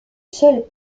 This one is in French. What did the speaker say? seul